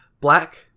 Black